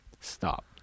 stop